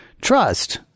Trust